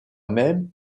même